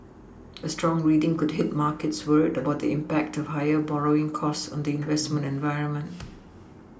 a strong reading could hit markets worried about the impact of higher borrowing costs on the investment environment